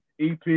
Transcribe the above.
EP